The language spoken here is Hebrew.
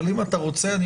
אבל אם אתה רוצה קודם,